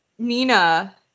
Nina